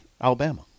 Alabama